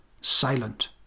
silent